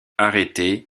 arrêté